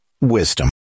wisdom